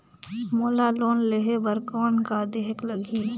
मोला लोन लेहे बर कौन का देहेक लगही?